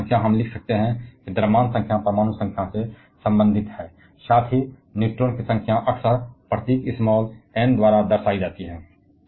तो परमाणु संख्या हम लिख सकते हैं कि द्रव्यमान संख्या परमाणु संख्या से संबंधित है साथ ही न्यूट्रॉन की संख्या अक्सर प्रतीक n द्वारा दर्शाई जाती है